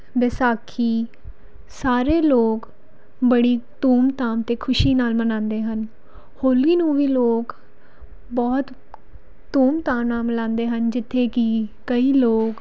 ਵਿਸਾਖੀ ਸਾਰੇ ਲੋਕ ਬੜੀ ਧੂਮਧਾਮ ਅਤੇ ਖੁਸ਼ੀ ਨਾਲ ਮਨਾਉਂਦੇ ਹਨ ਹੋਲੀ ਨੂੰ ਵੀ ਲੋਕ ਬਹੁਤ ਧੂਮਧਾਮ ਨਾਲ ਮਨਾਉਂਦੇ ਹਨ ਜਿੱਥੇ ਕਿ ਕਈ ਲੋਕ